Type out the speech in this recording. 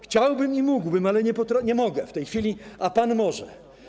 Chciałbym i mógłbym, ale nie mogę w tej chwili, a pan może.